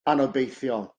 anobeithiol